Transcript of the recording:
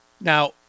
Now